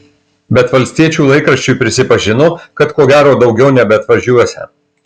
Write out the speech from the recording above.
bet valstiečių laikraščiui prisipažino kad ko gero daugiau nebeatvažiuosią